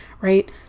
right